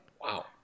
Wow